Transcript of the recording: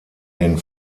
den